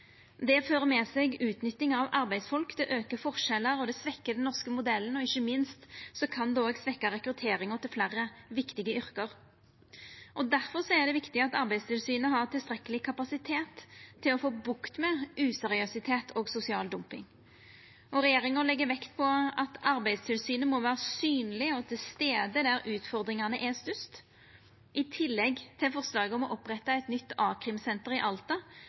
Det fører med seg utnytting av arbeidsfolk til å auka forskjellar, og det svekkjer den norske modellen. Ikkje minst kan det òg svekkja rekrutteringa til fleire viktige yrke. Difor er det viktig at Arbeidstilsynet har tilstrekkeleg kapasitet til å få bukt med useriøsitet og sosial dumping. Regjeringa legg vekt på at Arbeidstilsynet må vera synleg og til stades der utfordringane er størst. I tillegg til forslaget om å oppretta eit nytt a-krimsenter i Alta